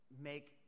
make